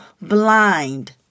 blind